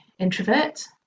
introvert